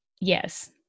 yes